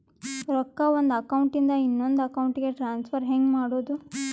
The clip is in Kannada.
ರೊಕ್ಕ ಒಂದು ಅಕೌಂಟ್ ಇಂದ ಇನ್ನೊಂದು ಅಕೌಂಟಿಗೆ ಟ್ರಾನ್ಸ್ಫರ್ ಹೆಂಗ್ ಮಾಡೋದು?